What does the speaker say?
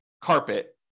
carpet